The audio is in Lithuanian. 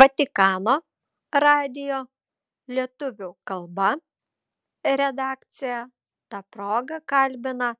vatikano radijo lietuvių kalba redakcija ta proga kalbina